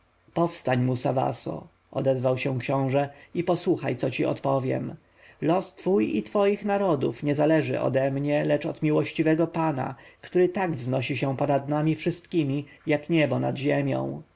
powstań musawaso odezwał się książę i posłuchaj co ci odpowiem los twój i twoich narodów nie zależy ode mnie lecz od miłościwego pana który tak wznosi się ponad nami wszystkimi jak niebo nad ziemią